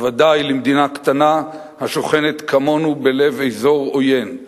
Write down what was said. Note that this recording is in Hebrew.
בוודאי למדינה קטנה השוכנת, כמונו, בלב אזור עוין.